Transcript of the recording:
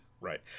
Right